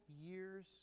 years